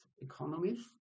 economies